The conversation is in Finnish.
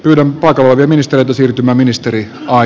kylän poika viemistä siirtymäministeri a